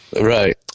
Right